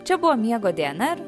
čia buvo miego dnr